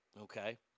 okay